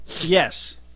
Yes